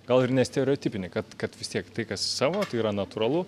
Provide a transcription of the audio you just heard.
gal ir nestereotipinį kad kad vis tiek tai kas savo tai yra natūralu